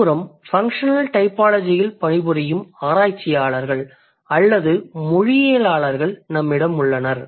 மறுபுறம் ஃபன்க்ஷனல் டைபாலஜியில் பணிபுரியும் ஆராய்ச்சியாளர்கள் அல்லது மொழியியலாளர்கள் நம்மிடம் உள்ளனர்